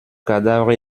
cadavre